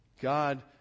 God